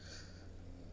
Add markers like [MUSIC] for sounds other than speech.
[BREATH]